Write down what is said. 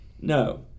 no